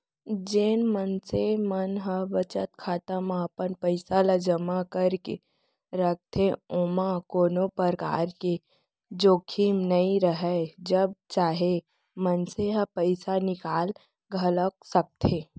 जेन मनसे मन ह बचत खाता म अपन पइसा ल जमा करके राखथे ओमा कोनो परकार के जोखिम नइ राहय जब चाहे मनसे ह पइसा निकाल घलौक सकथे